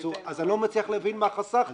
אז אני לא מצליח להבין מה חסכת.